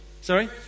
Sorry